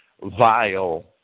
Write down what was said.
vile